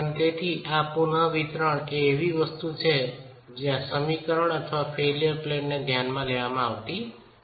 તેથી આ પુનવિતરણ એ એવી વસ્તુ છે જયાં સમીકરણ અથવા ફેઇલ્યર પ્લેનને ધ્યાનમાં લેવામાં આવતી નથી